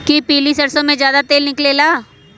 कि पीली सरसों से ज्यादा तेल निकले ला?